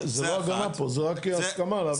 זה לא הגנה פה, זה רק הסכמה להעביר מידע.